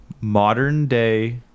modern-day